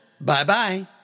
Bye-bye